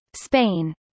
Spain